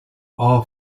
all